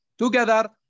together